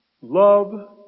Love